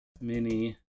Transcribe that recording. mini